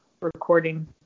recording